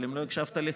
אבל אם לא הקשבת לי,